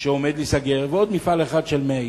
שעומד להיסגר, ועוד מפעל אחד של 100 איש.